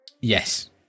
Yes